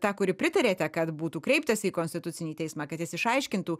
ta kuri pritariate kad būtų kreiptasi į konstitucinį teismą kad jis išaiškintų